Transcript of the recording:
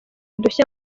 udushya